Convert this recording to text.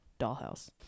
dollhouse